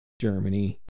Germany